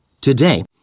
Today